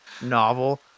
novel